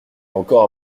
encore